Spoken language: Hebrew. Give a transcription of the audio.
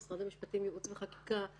ממחלקת ייעוץ וחקיקה במשרד המשפטים.